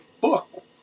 book